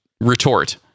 retort